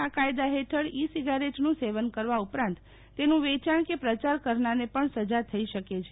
આ કાયદા હેઠળ ઈ સિગરેટનું સેવન કરવા ઉપરાંત તેનું વેચાણ કે પ્રચાર કરનારને પણ સજા થઇ શકે છે